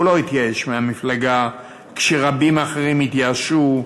הוא לא התייאש מהמפלגה כשרבים אחרים התייאשו,